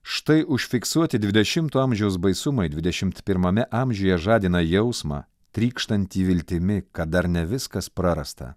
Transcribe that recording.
štai užfiksuoti dvidešimto amžiaus baisumai dvidešimt pirmame amžiuje žadina jausmą trykštantį viltimi kad dar ne viskas prarasta